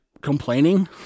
complaining